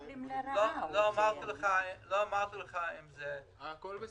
לא אמרתי לך אם זה --- הכול בסדר.